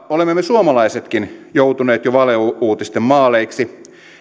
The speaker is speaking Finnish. olemme me suomalaisetkin joutuneet jo valeuutisten maaliksi